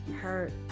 hurt